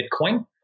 Bitcoin